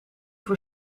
voor